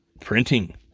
printing